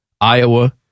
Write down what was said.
Iowa